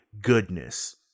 goodness